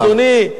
אדוני,